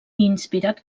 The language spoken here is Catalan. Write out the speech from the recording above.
inspirat